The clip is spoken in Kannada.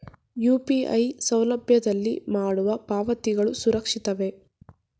ಯು.ಪಿ.ಐ ಸೌಲಭ್ಯದಲ್ಲಿ ಮಾಡುವ ಪಾವತಿಗಳು ಸುರಕ್ಷಿತವೇ?